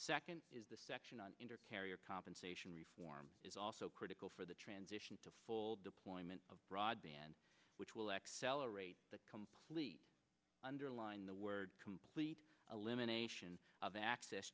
second is the section on in her carrier compensation reform is also critical for the transition to full deployment of broadband which will accelerate the complete underline the word complete elimination of access